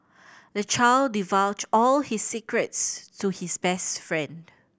the child divulged all his secrets to his best friend